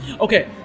Okay